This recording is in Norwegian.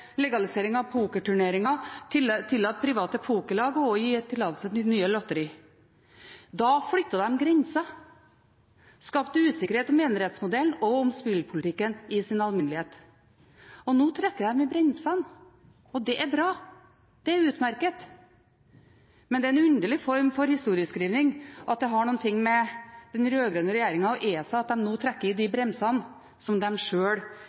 legalisering av pokerturneringer, gjennom å tillate private pokerlag og gjennom å gi tillatelse til nye lotterier. Da flyttet de grenser og skapte usikkerhet om enerettsmodellen og om spillpolitikken i sin alminnelighet. Nå trekker de i bremsene, og det er bra, det er utmerket. Men det er en underlig form for historieskrivning at det har noe med den rød-grønne regjeringen og ESA at de nå trekker i bremsene på den farten de sjøl